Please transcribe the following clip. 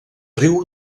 riu